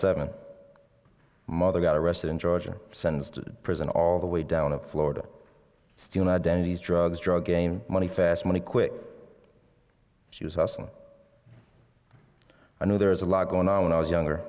seven mother got arrested in georgia sends to prison all the way down to florida stealing identities drugs drug game money fast money quick she was awesome i know there's a lot going on when i was younger